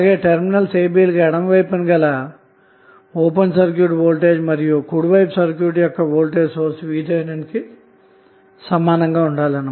అలాగే terminals a b లకు ఎడమ వైపు గల ఓపెన్ సర్క్యూట్ వోల్టేజ్మరియు కుడి వైపు గల సర్క్యూట్ యొక్క వోల్టేజ్సోర్స్ VTh కిసమానంగా ఉండాలి